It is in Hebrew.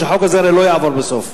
שהרי החוק הזה לא יעבור בסוף.